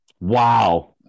Wow